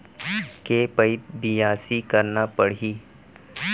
के पइत बियासी करना परहि?